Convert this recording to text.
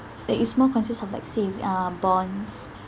like it's more consists of like save uh bonds